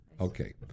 okay